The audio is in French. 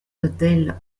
hôtel